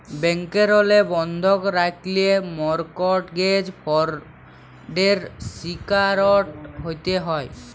ব্যাংকেরলে বন্ধক রাখল্যে মরটগেজ ফরডের শিকারট হ্যতে হ্যয়